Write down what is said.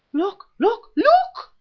look! look! look!